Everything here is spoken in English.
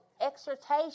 exhortation